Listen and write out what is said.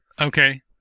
Okay